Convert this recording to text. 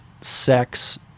sex